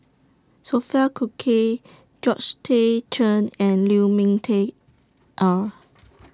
Sophia Cooke Georgette Chen and Lu Ming Teh Earl